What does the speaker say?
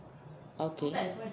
okay